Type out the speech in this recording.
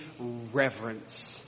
reverence